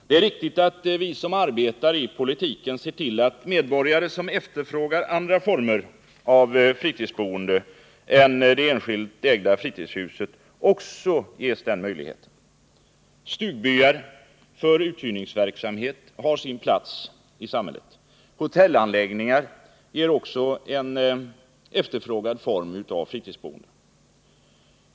Det är riktigt att vi som arbetar i politiken ser till att medborgare som efterfrågar andra former av fritidsboende än det enskilt ägda fritidshuset också ges den möjligheten. Stugbyar för uthyrningsverksamhet har sin plats i samhället, och hotellanläggningar ger också en efterfrågad form av fritidsboende.